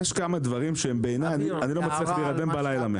יש כמה דברים שאני לא מצליח להירדם בלילה מהם.